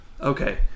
Okay